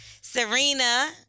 Serena